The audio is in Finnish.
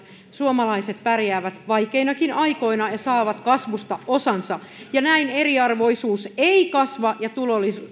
suomalaiset pärjäävät vaikeinakin aikoina ja saavat kasvusta osansa näin eriarvoisuus ei kasva ja tulo